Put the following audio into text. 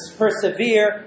persevere